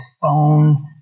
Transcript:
phone